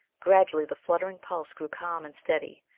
gradually the fluttering pulse grew calm and steady,